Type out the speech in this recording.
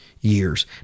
years